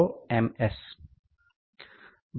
S 10 V